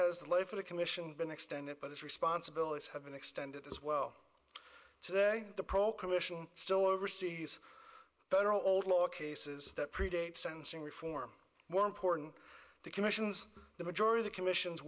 has the life of the commission been extended but its responsibilities have been extended as well today the pro commission still receives federal old law cases that predate sentencing reform more important the commissions the majority the commission